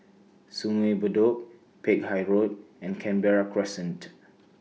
Sungei Bedok Peck Hay Road and Canberra Crescent